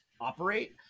operate